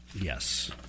Yes